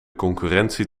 concurrentie